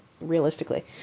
realistically